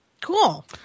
Cool